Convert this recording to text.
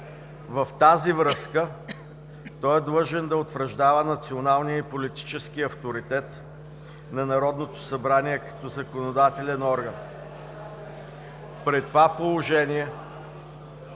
В тази връзка е длъжен да утвърждава националния и политически авторитет на Народното събрание като законодателен орган.